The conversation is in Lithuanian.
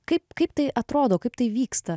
kaip kaip tai atrodo kaip tai vyksta